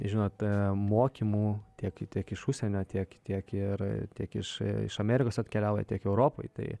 žinot mokymų tiek tiek iš užsienio tiek tiek ir tiek iš iš amerikos atkeliauja tiek europoj tai